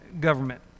government